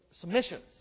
submissions